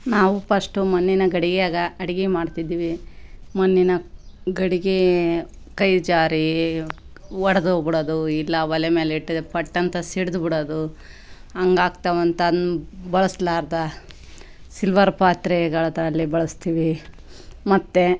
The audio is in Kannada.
ನಾವು ಪಸ್ಟು ಮಣ್ಣಿನ ಗಡಿಗ್ಯಾಗ ಅಡಿಗೆ ಮಾಡ್ತಿದ್ವಿ ಮಣ್ಣಿನ ಗಡಿಗೆ ಕೈ ಜಾರಿ ಒಡೆದ್ ಹೋಗ್ಬಿಡೋದು ಇಲ್ಲ ಓಲೆ ಮೇಲ್ ಇಟ್ಟಿದೆ ಪಟ್ ಅಂತ ಸಿಡ್ದು ಬಿಡೋದು ಹಂಗ್ ಆಗ್ತಾವಂತ ಅದ್ನ ಬಳಸಲಾರ್ದ ಸಿಲ್ವರ್ ಪಾತ್ರೆಗಳದಲ್ಲಿ ಬಳಸ್ತೀವಿ ಮತ್ತು